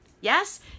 Yes